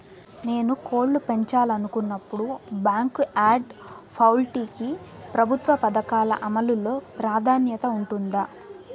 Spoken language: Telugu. నేను కోళ్ళు పెంచాలనుకున్నపుడు, బ్యాంకు యార్డ్ పౌల్ట్రీ కి ప్రభుత్వ పథకాల అమలు లో ప్రాధాన్యత ఉంటుందా?